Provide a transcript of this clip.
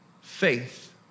faith